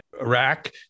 Iraq